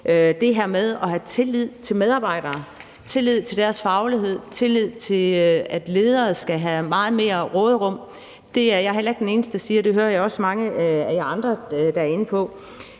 det her med at have tillid til medarbejderne, tillid til deres faglighed og tillid til, at ledere skal have et meget større råderum. Det er jeg heller ikke den eneste der siger. Det hører jeg også mange af jer andre være inde på.